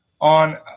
on